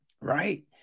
right